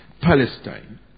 Palestine